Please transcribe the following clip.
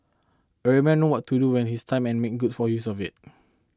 a real man what to do with his time and make good full use of it